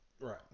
Right